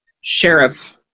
Sheriff